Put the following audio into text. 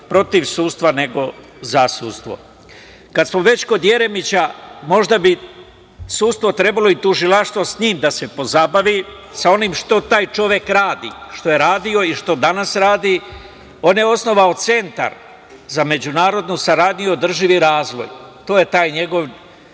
protiv sudstva, nego za sudstvo. Kad smo već kod Jeremića, možda bi sudstvo i tužilaštvo trebalo sa njim da se pozabavi, sa onim što taj čovek radi, što je radio i što danas radi. On je osnovao Centar za međunarodnu saradnju i održivi razvoj. To je taj njegov